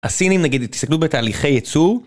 הסינים נגיד הסתכלו בתהליכי ייצור